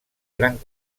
gran